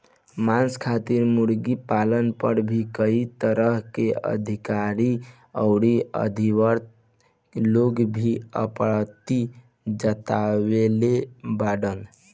मांस खातिर मुर्गी पालन पर भी कई तरह के अधिकारी अउरी अधिवक्ता लोग भी आपत्ति जतवले बाड़न